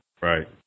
Right